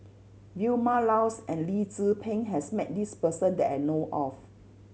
Vilma Laus and Lee Tzu Pheng has met this person that I know of